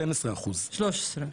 12%. 13%,